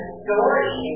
story